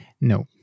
No